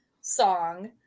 song